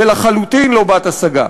ולחלוטין לא בת-השגה.